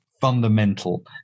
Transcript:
fundamental